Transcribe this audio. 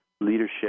leadership